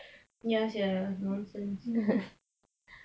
ya sia nonsense